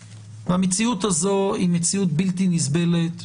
והמציאות הזאת היא מציאות בלתי נסבלת,